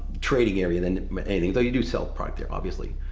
trading area than though you do sell property, obviously.